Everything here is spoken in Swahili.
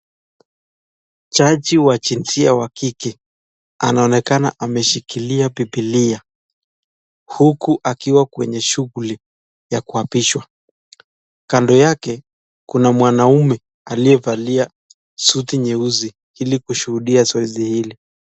Jaji wa jinsia wa kike anaonekana ameshikilia bibilia huku akiwa kwenye shughuli ya kuapishwa. Kando yake, kuna mwanaume aliyevalia suti nyeusi ili kushuhudia zoezi hili.